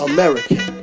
American